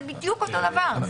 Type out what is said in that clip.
זה בדיוק אותו דבר.